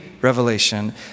Revelation